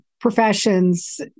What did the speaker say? professions